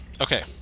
okay